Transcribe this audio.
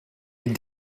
les